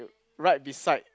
right beside